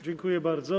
Dziękuję bardzo.